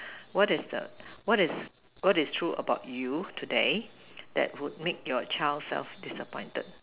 what is the what is what is true about you today that would make your child self disappointed